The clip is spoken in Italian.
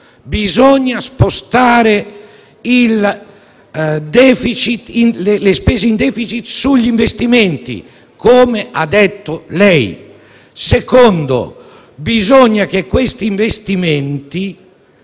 bisogna spostare le spese in *deficit* sugli investimenti, come ha detto lei. In secondo luogo, bisogna che questi investimenti